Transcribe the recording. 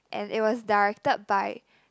and it was directed by